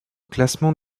classement